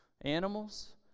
Animals